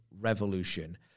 revolution